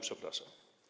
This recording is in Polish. Przepraszam.